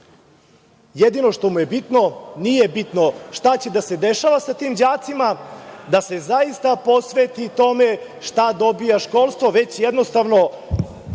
jedino što mu je bitno, nije bitno šta će da se dešava sa tim đacima, da se zaista posveti tome šta dobija školstvo, već jednostavno,